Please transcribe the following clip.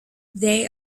they